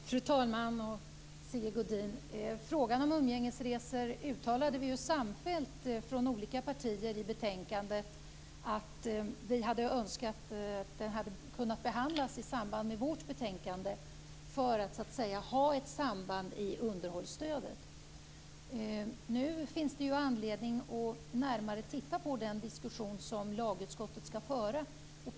Fru talman! Sigge Godin! När det gäller umgängesresor uttalade vi ju samfällt från olika partier i betänkandet att vi hade önskat att den frågan hade kunnat behandlas i samband med vårt betänkande för att så att säga ha ett samband med underhållsstödet. Nu finns det ju anledning att närmare titta på den diskussion som lagutskottet skall föra.